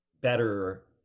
better